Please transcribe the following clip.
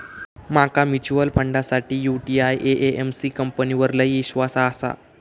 माका म्यूचुअल फंडासाठी UTI AMC कंपनीवर लय ईश्वास आसा